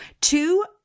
two